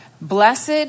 Blessed